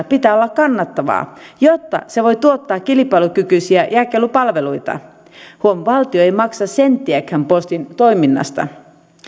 pitää olla kannattavaa jotta se voi tuottaa kilpailukykyisiä jakelupalveluita huom valtio ei maksa senttiäkään postin toiminnasta